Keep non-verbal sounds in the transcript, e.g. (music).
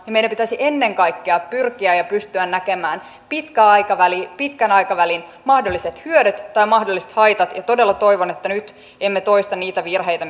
ja meidän pitäisi ennen kaikkea pyrkiä ja pystyä näkemään pitkän aikavälin pitkän aikavälin mahdolliset hyödyt tai mahdolliset haitat todella toivon että nyt emme toista niitä virheitä (unintelligible)